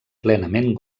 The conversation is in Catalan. plenament